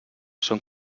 són